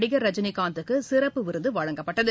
நடிகர் ரஜினிகாந்துக்கு சிறப்பு விருது வழங்கப்பட்டது